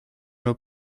nos